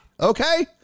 okay